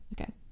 okay